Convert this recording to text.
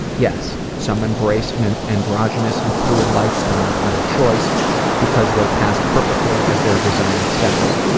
yes, some embrace and an androgynous and fluid lifestyle out of choice because they pass perfectly as their desired sex.